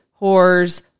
whores